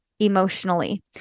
emotionally